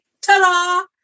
Ta-da